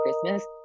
Christmas